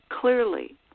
clearly